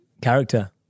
Character